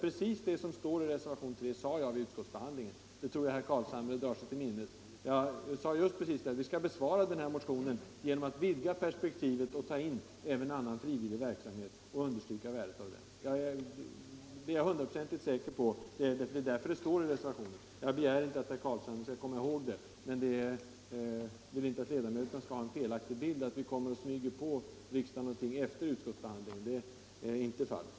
Precis det som står i reservationen sade jag vid utskottsbehandlingen, det tror jag herr Carlshamre drar sig till minnes. Jag sade att vi bör ta ställning till den här motionen genom att vidga perspektivet och ta med även annan frivillig verksamhet och understryka värdet av den. Det är jag hundraprocentigt säker på, det är därför det står i reservationen. Jag begär inte att herr Carlshamre skall komma ihåg det. Men jag vill inte att riksdagens ledamöter skall få en felaktig bild — att vi kommer och smyger på riksdagen någonting efter utskottsbehandlingen. Det är inte fallet.